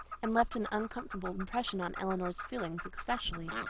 and left an uncomfortable impression on elinor's feelings especially,